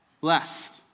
blessed